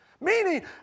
Meaning